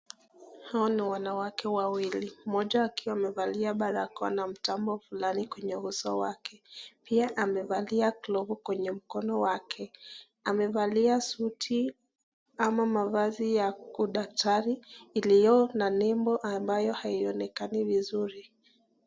Hawa ni wanawake wawili, moja akiwa amevalia barakoa na mtambo fulani kwenye uso wake. Pia amevalia glovu kwenye mkono wake. Amevalia suti ama mavazi ya udaktari iliyo na label ambayo haionekani vizuri.